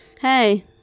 Hey